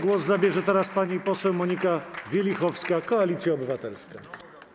Głos zabierze pani poseł Monika Wielichowska, Koalicja Obywatelska.